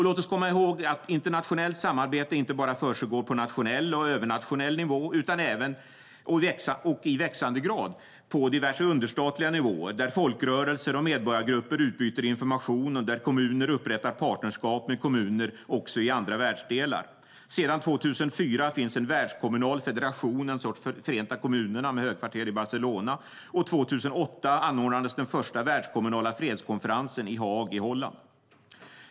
Låt oss komma ihåg att internationellt samarbete inte bara försiggår på nationell och övernationell nivå utan även, och i växande grad, på diverse understatliga nivåer, där folkrörelser och medborgargrupper utbyter information och där kommuner upprättar partnerskap med kommuner i andra världsdelar. Sedan 2004 finns en världskommunal federation - en sorts Förenta kommunerna - med högkvarter i Barcelona - och 2008 anordnades den första världskommunala fredskonferensen i Haag i Holland.